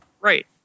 right